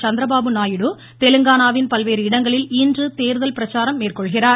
சந்திரபாபு நாயுடு தெலங்கானாவின் பல்வேறு இடங்களில் இன்று தேர்தல் பிரச்சாரம் மேற்கொள்கிறார்